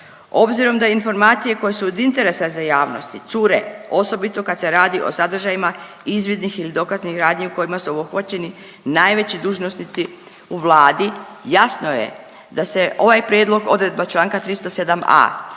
Obzirom da informacije koje su od interesa za javnost cure osobito kad se radi o sadržajima izvidnih ili dokaznih radnji u kojima su obuhvaćeni najveći dužnosnici u Vladi jasno je da se ovaj prijedlog odredba članka 307a.